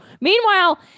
meanwhile